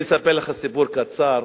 אני אספר לך סיפור קצר.